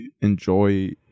enjoy